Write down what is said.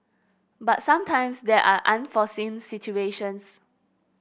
but sometimes there are unforeseen situations